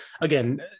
again